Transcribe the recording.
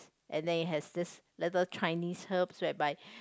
and then it has this little Chinese herbs whereby